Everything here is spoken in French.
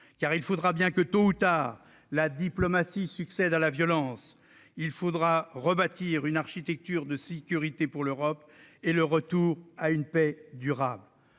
car il faudra bien que, tôt ou tard, la diplomatie succède à la violence. Il faudra rebâtir une architecture de sécurité pour l'Europe et assurer le retour à une paix durable.